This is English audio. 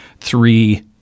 three